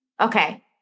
Okay